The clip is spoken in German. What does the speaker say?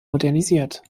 modernisiert